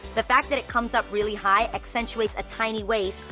the fact that it comes up really high accentuates a tiny waist,